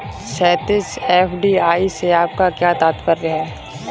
क्षैतिज, एफ.डी.आई से आपका क्या तात्पर्य है?